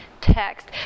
text